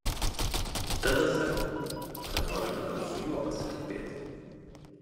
tada sakau kad noriu dabar su juo pasikalbėti